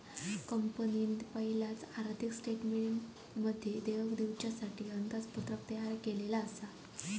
कंपनीन पयलाच आर्थिक स्टेटमेंटमध्ये देयक दिवच्यासाठी अंदाजपत्रक तयार केल्लला आसा